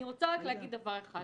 אני רוצה רק להגיד דבר אחד,